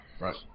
Right